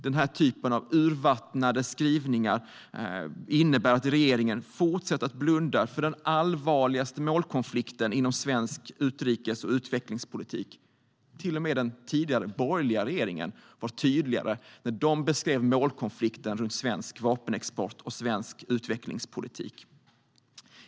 Den här typen av urvattnade skrivningar innebär att regeringen fortsätter att blunda för den allvarligaste målkonflikten inom svensk utrikes och utvecklingspolitik. Till och med den tidigare borgerliga regeringen var tydligare när de beskrev målkonflikten rörande svensk vapenexport och svensk utvecklingspolitik.